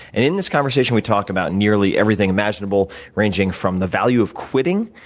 and in this conversation, we talk about nearly everything imaginable ranging from the value of quitting,